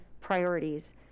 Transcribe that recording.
priorities